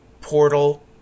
portal